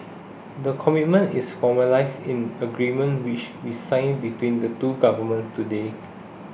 the commitment is formalised in agreement which we signed between the two governments today